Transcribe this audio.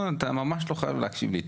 אתה ממש לא חייב להקשיב לי,